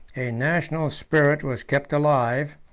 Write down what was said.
a national spirit was kept alive,